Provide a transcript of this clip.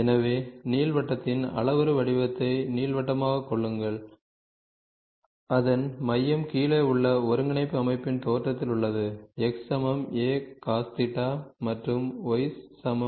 எனவே நீள்வட்டத்தின் அளவுரு வடிவத்தை நீள்வட்டமாகக் கொள்ளுங்கள் அதன் மையம் கீழே உள்ள ஒருங்கிணைப்பு அமைப்பின் தோற்றத்தில் உள்ளது x a cos α Ф மற்றும் y b sin Ф